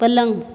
पलंग